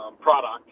product